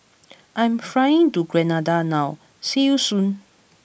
I am flying to Grenada now see you soon